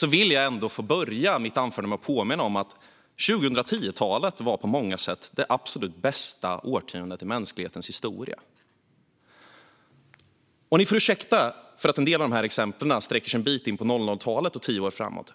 det vill jag ändå börja mitt anförande med att påminna om att 2010-talet på många sätt var det absolut bästa årtiondet i mänsklighetens historia. Ni får ursäkta att en del av exemplen sträcker sig en bit in på 00-talet och tio år framåt.